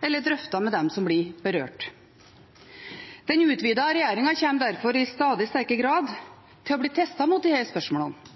eller drøftet med dem som blir berørt. Den utvidede regjeringen kommer derfor i stadig sterkere grad til å bli testet mot disse spørsmålene.